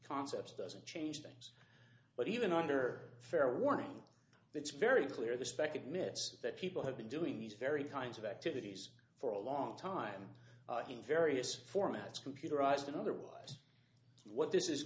concepts doesn't change things but even under fair warning it's very clear the spec admits that people have been doing these very kinds of activities for a long time various formats computerized and otherwise what this is